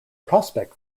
prospect